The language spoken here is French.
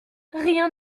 rien